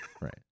Right